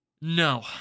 No